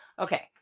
okay